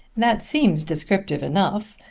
that seems descriptive enough,